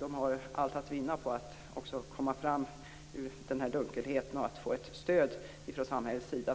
De har allt att vinna på att komma fram ur dunklet och få stöd från samhällets sida.